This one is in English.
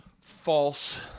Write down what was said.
false